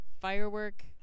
Firework